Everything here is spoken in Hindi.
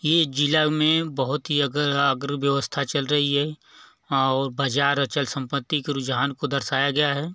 ये ज़िला में बहुत ही अगर अग्र व्यवस्था चल रही है और बाज़ार अचल संपत्ति के रुझान को दर्शाया गया है